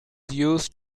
used